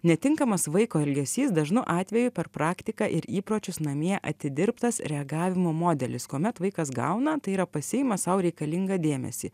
netinkamas vaiko elgesys dažnu atveju per praktiką ir įpročius namie atidirbtas reagavimo modelis kuomet vaikas gauna tai yra pasiima sau reikalingą dėmesį